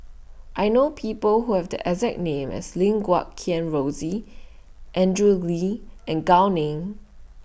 I know People Who Have The exact name as Lim Guat Kheng Rosie Andrew Lee and Gao Ning